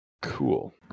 Cool